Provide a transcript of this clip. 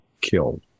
killed